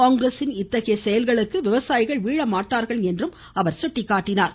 காங்கிரசின் இத்தகைய செயல்களுக்கு விவசாயிகள் வீழமாட்டார்கள் என்று அவர் கூறினார்